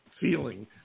feeling